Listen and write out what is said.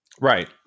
Right